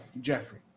Jeffrey